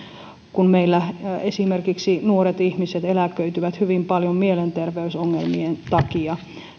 kun meillä esimerkiksi nuoret ihmiset eläköityvät hyvin paljon mielenterveysongelmien takia